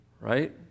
Right